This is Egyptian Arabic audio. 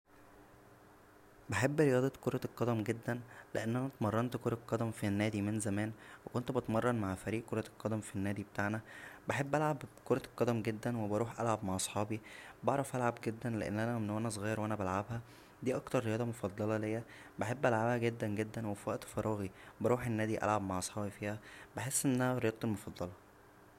بحب رياضة كرة القدم جدا لان انا اتمرنت كرة قدم فالنادى من زمان وكنت بتمرن مع فريق كرة القدم فالنادى بتاعنا بحب العب كرة القدم جدا وبروح العب مع صحابى بعرف العب جدا لان انا من وانا صغير بلعبها دى اكتر رياضه مفضله ليا بحب العبها جدا جدا و فى وقت فراغى بروح النادى العب مع صحابى فيها بحس انها رياضتى المفضله